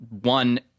one